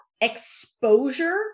exposure